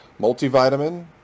Multivitamin